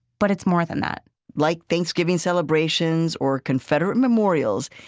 but it's more than that like thanksgiving celebrations or confederate memorials,